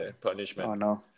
punishment